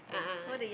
a'ah a'ah